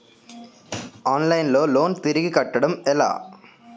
Online లో loan తిరిగి కట్టడం ఎలా?